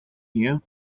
here